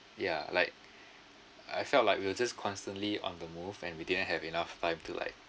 ya like I felt like we were just constantly on the move and we didn't have enough time to like